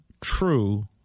true